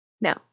No